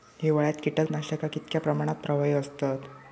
हिवाळ्यात कीटकनाशका कीतक्या प्रमाणात प्रभावी असतत?